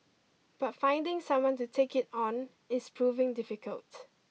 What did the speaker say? but finding someone to take it on is proving difficult